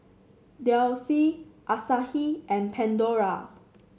Delsey Asahi and Pandora